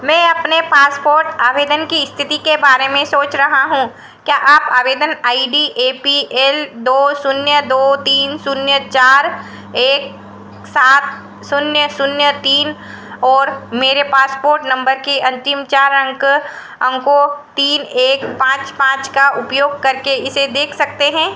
मैं अपने पासपोर्ट आवेदन की इस्थिति के बारे में सोच रहा हूँ क्या आप आवेदन I D A P L दो शून्य दो तीन शून्य चार एक सात शून्य शून्य तीन और मेरे पासपोर्ट नम्बर के अन्तिम चार अंक अंकों तीन एक पाँच पाँच का उपयोग करके इसे देख सकते हैं